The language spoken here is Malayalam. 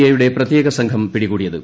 എയുടെ പ്രത്യേക സംഘം പിടികൂടിയത്